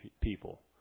people